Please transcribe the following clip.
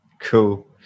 Cool